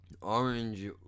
orange